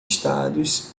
estados